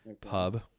pub